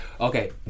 Okay